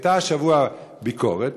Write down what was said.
הייתה השבוע ביקורת.